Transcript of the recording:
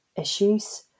issues